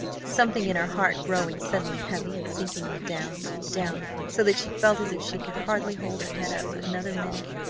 something in her heart growing suddenly heavy and sinking her down, down, so that she felt as if she could hardly hold her head up another minute.